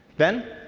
then,